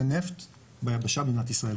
לחיפושי נפט ביבשה במדינת ישראל.